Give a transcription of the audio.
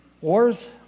Wars